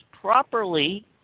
properly